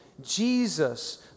Jesus